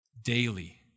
Daily